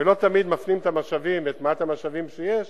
ולא תמיד מפנים את מעט המשאבים שיש